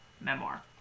Memoir